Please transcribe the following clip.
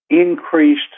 increased